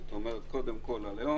זאת אומרת, קודם כל הלאום